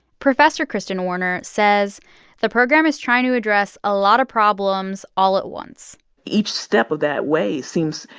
professor kristen warner says the program is trying to address a lot of problems all at once each step of that way seems,